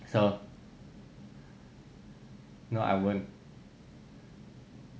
so no I won't